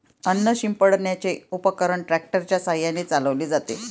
अन्न शिंपडण्याचे उपकरण ट्रॅक्टर च्या साहाय्याने चालवले जाते